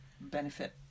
benefit